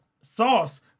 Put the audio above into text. sauce